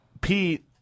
Pete